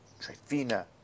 Trifina